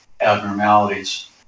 abnormalities